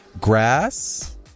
Grass